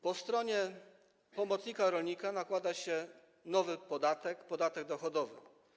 Po stronie pomocnika rolnika nakłada się, jest nowy podatek, podatek dochodowy.